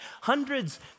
Hundreds